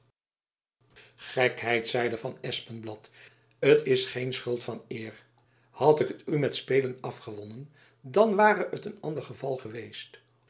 gekheid zeide van espenblad t is geen schuld van eer had ik het u met spelen afgewonnen dan ware het een ander geval geweest